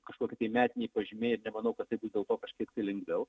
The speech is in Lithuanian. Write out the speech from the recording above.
kažkokie tai metinai pažymiai ir nemanau kad dėl to kažkiek tai lengviau